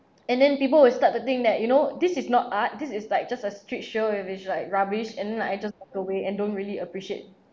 and then people will start to think that you know this is not art this is like just a street show if ish~ like rubbish and then like just walk away and don't really appreciate